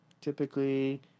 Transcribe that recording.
typically